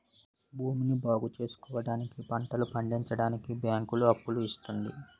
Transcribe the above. భూమిని బాగుచేసుకోవడానికి, పంటలు పండించడానికి బ్యాంకులు అప్పులు ఇస్తుంది